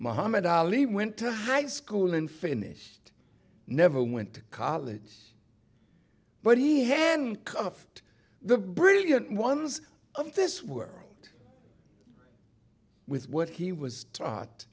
mohammad ali went to high school and finished never went to college but he handcuffed the brilliant ones of this world with what he was taught